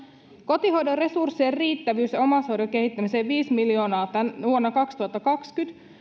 kotihoidon resurssien riittävyyteen ja omaishoidon kehittämiseen viisi miljoonaa vuonna kaksituhattakaksikymmentä